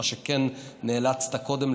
מה שכן נאלצת קודם,